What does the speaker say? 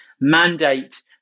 mandate